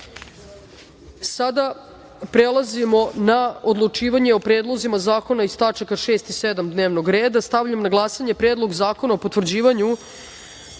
prelazimo na odlučivanje o predlozima zakona iz tačaka 6. i 7. dnevnog reda. Stavljam na glasanje Predlog zakona o potvrđivanju